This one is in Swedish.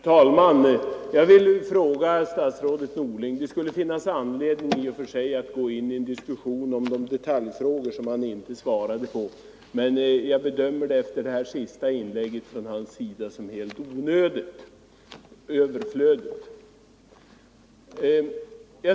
Herr talman! Det skulle i och för sig finnas anledning att gå in på de detaljfrågor som kommunikationsminister Norling inte svarade på, men efter statsrådets senaste inlägg bedömer jag det som helt överflödigt.